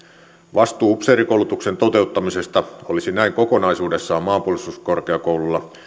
vastuu upseerikoulutuksen toteuttamisesta olisi näin kokonaisuudessaan maanpuolustuskorkeakoululla